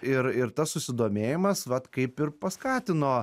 ir ir tas susidomėjimas vat kaip ir paskatino